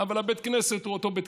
אבל בית הכנסת הוא אותו בית כנסת,